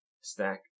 stack